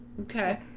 Okay